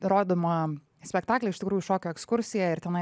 rodomą spektaklį iš tikrųjų šokio ekskursija ir tenai